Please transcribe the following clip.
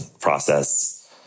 process